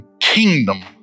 kingdom